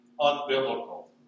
unbiblical